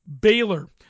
Baylor